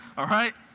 alright.